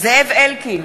זאב אלקין,